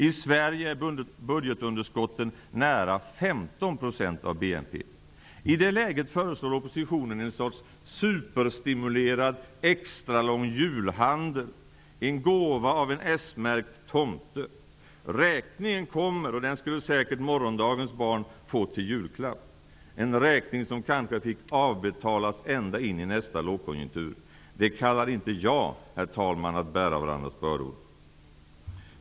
I Sverige är budgetunderskottet nära 15 % av BNP. I det läget föreslår oppositionen en sorts superstimulerad, extralång julhandel, en gåva av en s-märkt tomte. Räkningen som kommer skulle säkert morgondagens barn få till julklapp, en räkning som kanske fick avbetalas ända in i nästa lågkonjunktur. Det kallar inte jag att bära varandras bördor!